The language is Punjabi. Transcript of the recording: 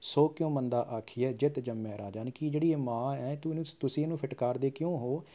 ਸੋ ਕਿਉਂ ਮੰਦਾ ਆਖੀਐ ਜਿਤੁ ਜੰਮਹਿ ਰਾਜਾਨ ਕਿ ਜਿਹੜੀ ਇਹ ਮਾਂ ਐਂ ਤੁਸੀਂ ਇਹਨੂੰ ਫਟਕਾਰਦੇ ਕਿਉਂ ਹੋ